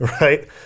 right